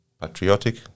patriotic